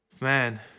Man